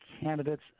candidates